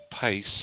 pace